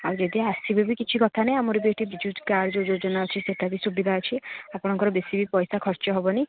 ଆଉ ଯଦି ଆସିବେ ବି କିଛି କଥା ନାହିଁ ଆମର ଏଇଠି ବିଜୁ କାର୍ଡ଼ର ଯୋଜନା ଅଛି ସେଇଟା ବି ସୁବିଧା ଅଛି ଆପଣଙ୍କର ବେଶୀ ବି ପଇସା ଖର୍ଚ୍ଚ ହେବନି